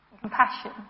compassion